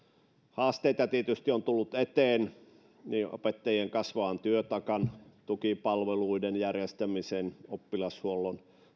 haasteita tietysti on tullut eteen niin opettajien kasvavan työtaakan tukipalveluiden järjestämisen oppilashuollon